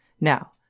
Now